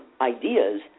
ideas